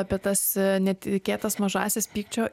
apie tas netikėtas mažąsias pykčio